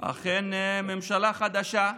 אכן ממשלה חדשה,